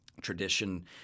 tradition